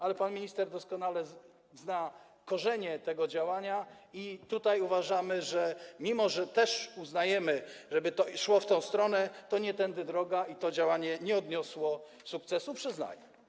Ale pan minister doskonale zna korzenie tego działania i uważamy, że mimo że też uznajemy, żeby to szło w tę stronę, to nie tędy droga i to działanie nie odniosło sukcesu, przyznaję.